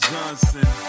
Johnson